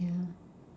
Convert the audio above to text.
yeah